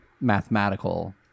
mathematical